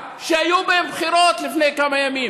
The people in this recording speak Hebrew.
שהיו בהם בחירות לפני כמה ימים,